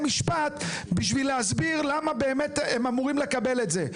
משפט בשביל להסביר למה באמת הם אמורים לקבל את זה.